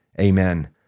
Amen